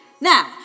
Now